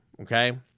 okay